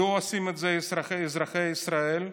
מדוע עושים את זה אזרחי ישראל?